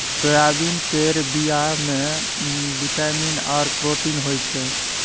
soybean केर बीया मे बिटामिन आर प्रोटीन होई छै